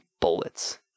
bullets